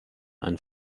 einen